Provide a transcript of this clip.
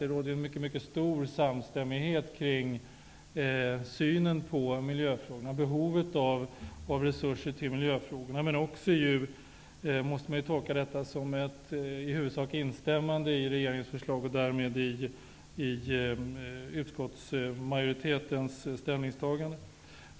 Det råder en mycket stor samstämmighet kring synen på miljöfrågorna och behovet av resurser till miljöfrågorna. Men man måste också tolka detta som ett huvudsakligt instämmande i regeringens förslag, och därmed i utskottsmajoritetens ställningstagande.